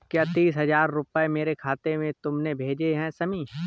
क्या तीस हजार रूपए मेरे खाते में तुमने भेजे है शमी?